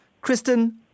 Kristen